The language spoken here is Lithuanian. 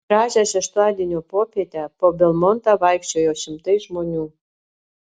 gražią šeštadienio popietę po belmontą vaikščiojo šimtai žmonių